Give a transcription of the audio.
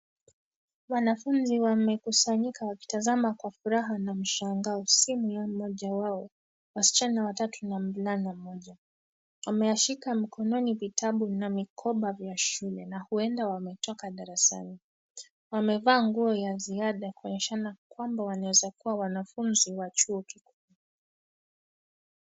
Wanafunzi wamekusanyika wakitazama kwa furaha na mshangao simu ya mmoja wao, wasichana watau na mvulana mmoja. Wameyashika mkononi vitabu na mikoba vya shule na huenda wametoka darasani. Wamevaa nguo ya ziada, kuoneshana kwamba wanaweza kuwa wanafunzi wa chuo kikuu.